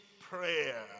prayer